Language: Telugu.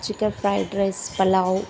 chicken fried rice pulao